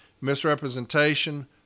misrepresentation